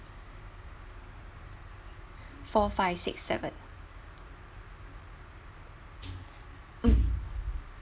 four five six seven mm